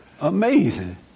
Amazing